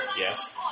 Yes